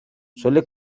suele